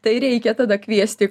tai reikia tada kviesti